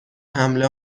حمل